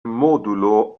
modulo